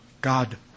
God